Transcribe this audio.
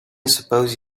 suppose